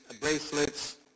bracelets